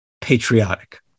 patriotic